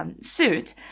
suit